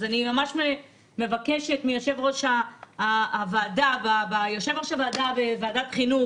אני ממש מבקשת מיושב-ראש הוועדה וועדת החינוך